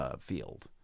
Field